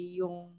yung